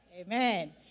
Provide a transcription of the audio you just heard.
Amen